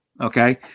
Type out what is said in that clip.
Okay